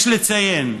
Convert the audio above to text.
יש לציין,